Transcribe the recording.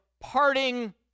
parting